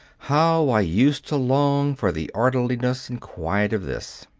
how i used to long for the orderliness and quiet of this!